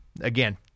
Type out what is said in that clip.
again